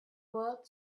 world